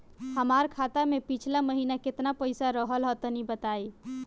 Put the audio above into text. हमार खाता मे पिछला महीना केतना पईसा रहल ह तनि बताईं?